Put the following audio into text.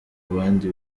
abandi